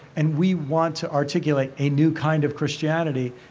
and we want to articulate a new kind of christianity,